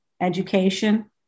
education